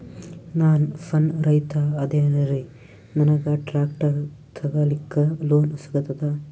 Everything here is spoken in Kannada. ನಾನ್ ಸಣ್ ರೈತ ಅದೇನೀರಿ ನನಗ ಟ್ಟ್ರ್ಯಾಕ್ಟರಿ ತಗಲಿಕ ಲೋನ್ ಸಿಗತದ?